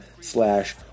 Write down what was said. slash